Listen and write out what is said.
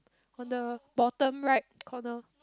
on the bottom right corner